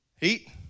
Heat